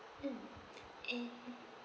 mm and